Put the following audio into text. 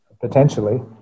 potentially